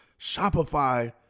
Shopify